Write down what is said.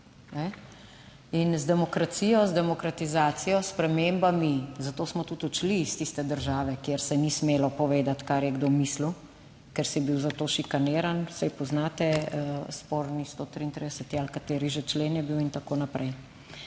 In z demokracijo, z demokratizacijo, spremembami, zato smo tudi odšli iz tiste države, kjer se ni smelo povedati kaj je kdo mislil, ker si bil za to šikaniran, saj poznate sporni 133. ali kateri že člen je bil in tako naprej.